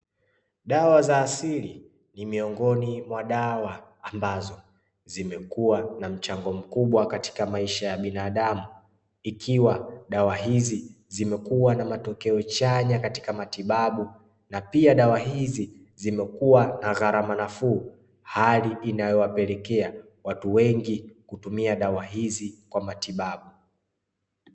Dawa za asili ni miongoni mwa dawa ambazo zimekuwa na mchango mkubwa katika maisha ya binadamu. Ikiwa dawa hizi zimekuwa na matokeo chanya katika matibabu, na pia dawa hizi zimekuwa na gharama nafuu, hali inayowapelekea watu wengi kutumia dawa hizi kwa matibabu.